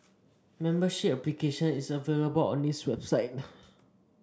membership application is available on its website